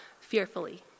fearfully